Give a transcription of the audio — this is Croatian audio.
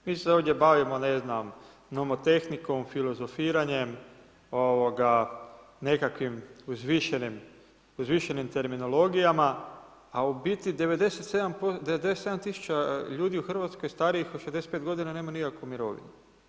Mi se ovdje bavimo, ne znam, nomotehnikom, filozofiranjem, nekakvim uzvišenim terminologijama, a u biti 97000 ljudi u Hrvatskoj starijih od 65 godina nema nikakvu mirovinu.